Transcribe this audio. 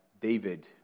David